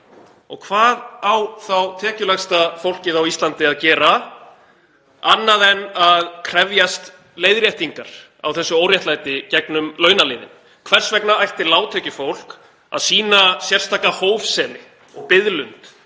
Og hvað á þá tekjulægsta fólkið á Íslandi að gera annað en að krefjast leiðréttingar á þessu óréttlæti gegnum launaliðinn? Hvers vegna ætti lágtekjufólk að sýna sérstaka hófsemi og biðlund